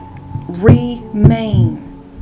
Remain